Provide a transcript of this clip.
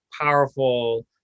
powerful